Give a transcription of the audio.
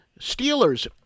Steelers